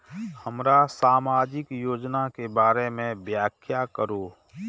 हमरा सामाजिक योजना के बारे में व्याख्या करु?